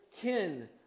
kin